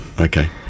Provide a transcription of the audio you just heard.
okay